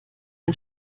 ein